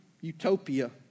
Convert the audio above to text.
utopia